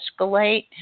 escalate